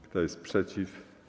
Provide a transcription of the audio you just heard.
Kto jest przeciw?